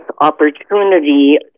opportunity